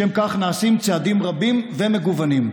לשם כך נעשים צעדים רבים ומגוונים.